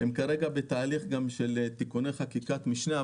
הם כרגע גם בתהליך של תיקוני חקיקת משנה,